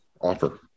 offer